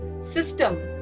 system